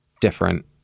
different